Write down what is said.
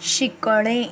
शिकणे